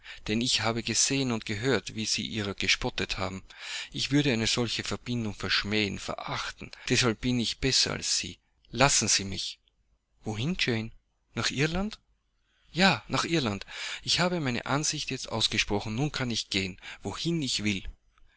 denn ich habe gesehen und gehört wie sie ihrer gespottet haben ich würde eine solche verbindung verschmähen verachten deshalb bin ich besser als sie lassen sie mich wohin jane nach irland ja nach irland ich habe meine ansicht jetzt ausgesprochen und nun kann ich gehen wohin ich will